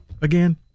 again